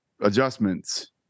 adjustments